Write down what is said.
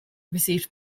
received